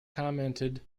commented